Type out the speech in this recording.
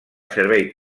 servei